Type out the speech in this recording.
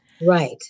Right